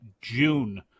June